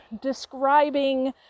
describing